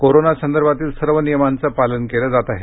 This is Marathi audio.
कोरोनासंदर्भातील सर्व नियमांच पालन केलं जात आहे